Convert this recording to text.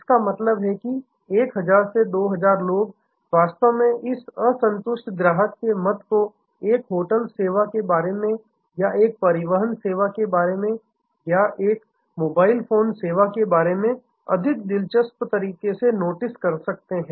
इसका मतलब है 1000 से 2000 लोग वास्तव में इस असंतुष्ट ग्राहक के मत को एक होटल सेवा के बारे में या परिवहन सेवा के बारे में या मोबाइल फोन सेवा के बारे में अधिक दिलचस्प तरीके से नोटिस कर सकते हैं